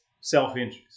self-interest